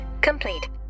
complete